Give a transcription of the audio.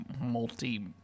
multi